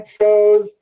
shows